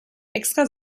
extra